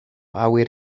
awyr